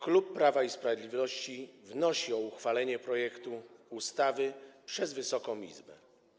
Klub Prawa i Sprawiedliwości wnosi o uchwalenie projektu ustawy przez Wysoką Izbę.